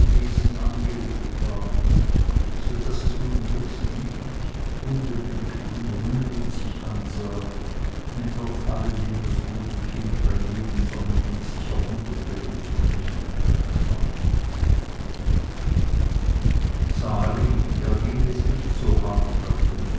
wesen angelegt war so daß es nun höchst lieblich unbedenklich und rührend sich ansah wenn trotz alledem das gute kind bei jedem sonnenblick sich ermunterte und zum lächeln bereit war sali erging es nicht so hart auf den